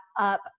up